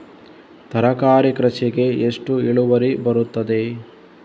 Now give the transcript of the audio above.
ತರಕಾರಿ ಕೃಷಿಗೆ ಎಷ್ಟು ಇಳುವರಿ ಬರುತ್ತದೆ?